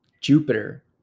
Jupiter